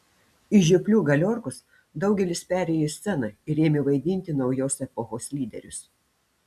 iš žioplių galiorkos daugelis perėjo į sceną ir ėmė vaidinti naujos epochos lyderius